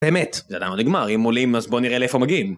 באמת, זה עדיין לא נגמר, אם עולים אז בואו נראה לאיפה מגיעים